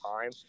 time